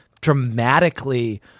dramatically